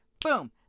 boom